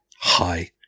hi